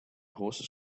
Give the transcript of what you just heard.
horses